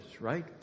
right